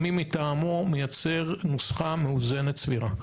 ה-"מי מטעמו" מייצר נוסחה מאוזנת סבירה.